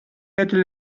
hätte